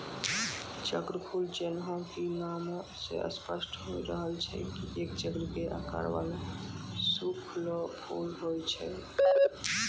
चक्रफूल जैन्हों कि नामै स स्पष्ट होय रहलो छै एक चक्र के आकार वाला सूखलो फूल होय छै